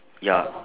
ya